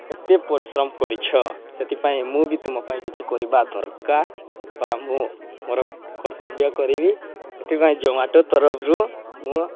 ଏତେ ପରିଶ୍ରମ କରିଛ ସେଥିପାଇଁ ମୁଁ ବି ତୁମ ପାଇଁ କିଛି କରିବା ଦରକାର ବା ମୁଁ ମୋର କର୍ତ୍ତବ୍ୟ କରିବି ସେଥିପାଇଁ ଜୋମାଟୋ ତରଫରୁ ମୁଁ